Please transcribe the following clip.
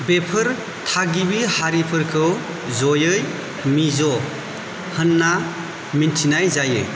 बेफोर थागिबि हारिफोरखौ जयै मिज' होनना मिन्थिनाय जायो